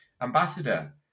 ambassador